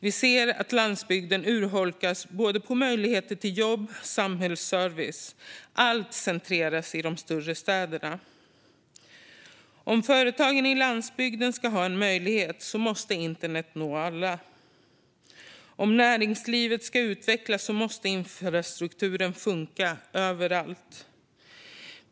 Vi ser att landsbygden urholkas både på möjligheter till jobb och på samhällsservice. Allt centreras till de större städerna. Om företagen i landsbygden ska ha en möjlighet måste internet nå alla. Om näringslivet ska utvecklas måste infrastrukturen funka överallt.